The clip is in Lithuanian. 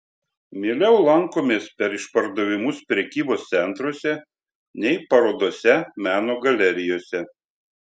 mieliau lankomės per išpardavimus prekybos centruose nei parodose meno galerijose